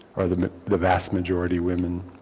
or the the vast majority women,